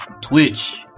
Twitch